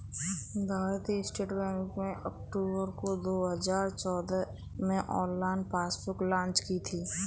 भारतीय state bank ने October दो हजार चौदह में ऑनलाइन पासबुक लॉन्च की थी